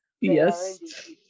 Yes